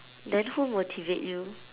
then who motivate you